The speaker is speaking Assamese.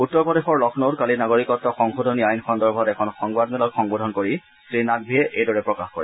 উত্তৰ প্ৰদেশৰ লক্ষ্ণৌত কালি নাগৰিকত্ব সংশোধনী আইন সন্দৰ্ভত এখন সংবাদ মেলক সম্নোধন কৰি শ্ৰী নাকভিয়ে এইদৰে প্ৰকাশ কৰে